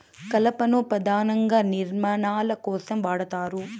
కలపను పధానంగా నిర్మాణాల కోసం వాడతారు